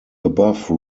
above